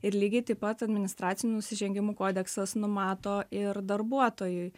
ir lygiai taip pat administracinių nusižengimų kodeksas numato ir darbuotojui